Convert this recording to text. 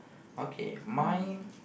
okay my